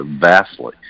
vastly